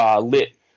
lit